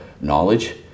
knowledge